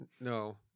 No